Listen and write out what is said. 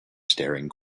staring